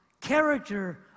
character